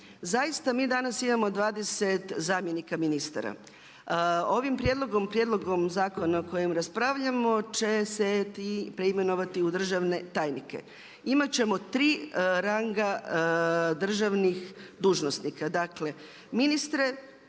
Zaista mi danas imamo 20 zamjenika ministara, ovim prijedlogom, prijedlogom zakona o kojem raspravljamo će se ti preimenovati u državne tajnike. Imat ćemo 3 ranga državnih dužnosnika, dakle ministre,